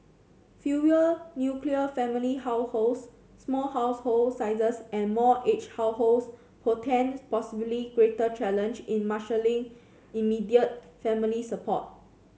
fewer nuclear family households small household sizes and more aged households portend possibly greater challenge in marshalling immediate family support